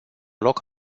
loc